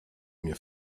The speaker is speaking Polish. mnie